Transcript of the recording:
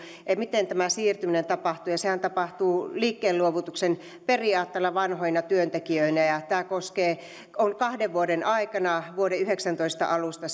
miten tämä siirtyminen tapahtuu ja sehän tapahtuu liikkeen luovutuksen periaatteella vanhoina työntekijöinä ja ja tämä tapahtuu kahden vuoden aikana vuoden kaksituhattayhdeksäntoista alusta